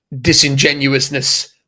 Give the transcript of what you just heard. disingenuousness